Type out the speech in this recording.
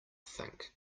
think